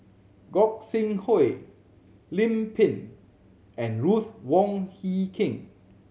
Gog Sing Hooi Lim Pin and Ruth Wong Hie King